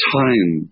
time